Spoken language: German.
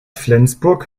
flensburg